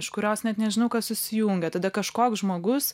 iš kurios net nežinau kas susijungia tada kažkoks žmogus